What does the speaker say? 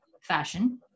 fashion